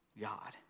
God